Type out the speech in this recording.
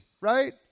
right